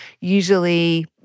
usually